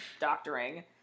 doctoring